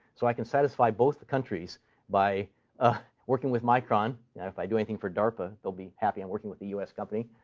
so i can satisfy both the countries by ah working with micron. and yeah if i do anything for darpa, they'll be happy i'm working with a us company.